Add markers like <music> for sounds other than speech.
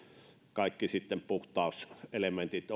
kaikki puhtauselementit <unintelligible>